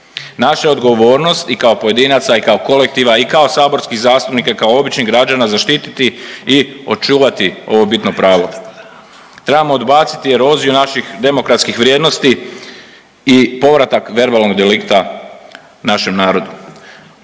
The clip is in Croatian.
Naša je odgovornost i kao pojedinaca i kao kolektiva i kao saborskih zastupnika i kao običnih građana zaštititi i očuvati ovo bitno pravo. Trebamo odbaciti eroziju naših demokratskih vrijednosti i povratak verbalnog delikta našem narodu.